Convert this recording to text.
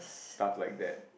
stuff like that